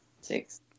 Six